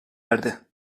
erdi